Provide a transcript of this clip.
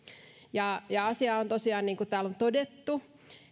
asia on tosiaan niin niin kuin täällä on todettu